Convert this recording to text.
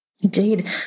Indeed